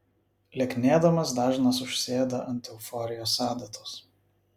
lieknėdamas dažnas užsėda ant euforijos adatos